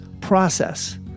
process